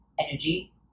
energy